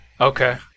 Okay